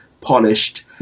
polished